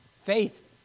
faith